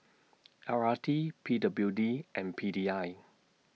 L R T P W D and P D I